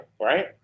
right